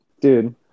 dude